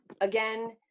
again